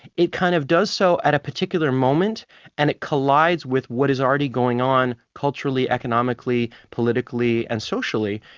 it kind of does so at a particular moment and it collides with what is already going on culturally, economically, politically and socially.